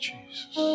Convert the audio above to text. Jesus